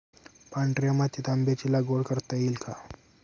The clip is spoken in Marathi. पांढऱ्या मातीत आंब्याची लागवड करता येईल का?